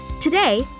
Today